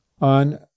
on